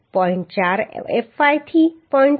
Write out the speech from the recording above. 4fy થી 0